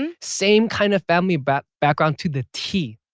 same kind of family but background to the t